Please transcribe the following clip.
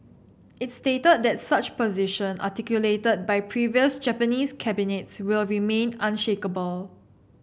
it stated that such position articulated by previous Japanese cabinets will remain unshakeable